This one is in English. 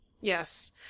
Yes